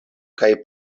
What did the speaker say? kaj